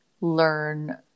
learn